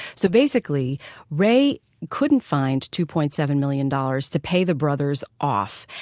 so basically ray couldn't find two point seven million dollars to pay the brothers off.